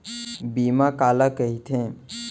बीमा काला कइथे?